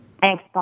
Thanks